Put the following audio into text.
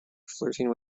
flirting